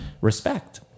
respect